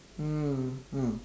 mm mm